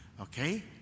Okay